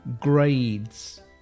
grades